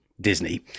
disney